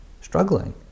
struggling